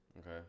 Okay